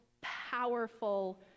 powerful